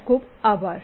ખુબ ખુબ આભાર